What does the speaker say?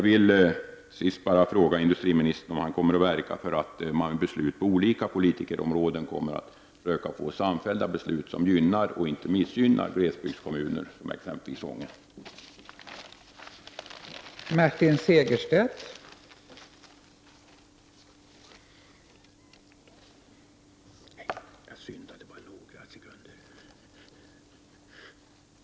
Till sist vill jag fråga industriministern om han kommer att verka för att man genom beslut på olika politikområden försöker få samfällda beslut som gynnar, och inte missgynnar, glesbygdskommuner, som exempelvis Ånge kommun.